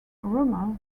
rumors